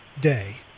day